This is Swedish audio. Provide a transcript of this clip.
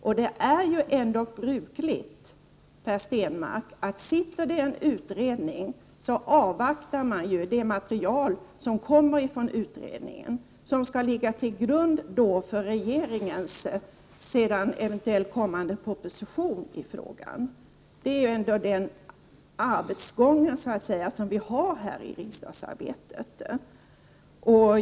Dessutom är det brukligt, Per Stenmarck, att man, om arbete pågår i en utredning, avvaktar det material som utredningen senare kommer att lägga fram och som skall ligga till grund för en eventuell proposition från regeringen. Det är gången i riksdagsarbetet.